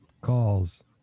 calls